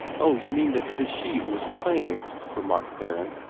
oh, you mean that it is she who is playing, remarked theron.